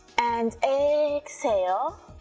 and exhale,